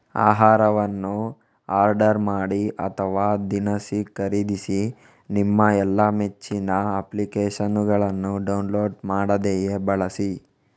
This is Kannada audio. ಆಹಾರವನ್ನು ಆರ್ಡರ್ ಮಾಡಿ ಅಥವಾ ದಿನಸಿ ಖರೀದಿಸಿ ನಿಮ್ಮ ಎಲ್ಲಾ ಮೆಚ್ಚಿನ ಅಪ್ಲಿಕೇಶನ್ನುಗಳನ್ನು ಡೌನ್ಲೋಡ್ ಮಾಡದೆಯೇ ಬಳಸಿ